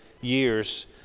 years